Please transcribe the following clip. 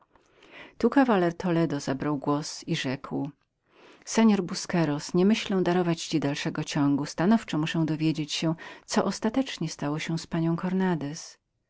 tu kawaler toledo zabrał głos i rzekł mości busqueronie daruję ci reszty historyi muszę dowiedzieć się co się stało ostatecznie z panią cornandez